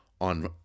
on